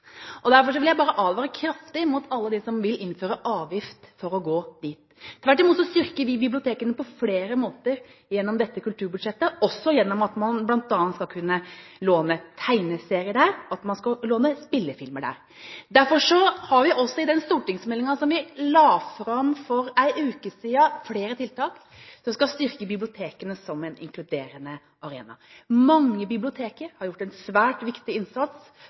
vil jeg bare advare kraftig mot alle dem som vil innføre avgift for å gå dit. Tvert imot styrker vi bibliotekene på flere måter gjennom dette kulturbudsjettet, også gjennom at man bl.a. skal kunne låne tegneserier og spillefilmer der. Derfor har vi også i den stortingsmeldingen som vi la fram for en uke siden, flere tiltak som skal styrke bibliotekene som en inkluderende arena. Mange biblioteker har gjort en svært viktig innsats